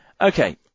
Okay